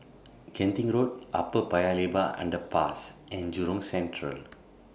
Genting Road Upper Paya Lebar Underpass and Jurong Central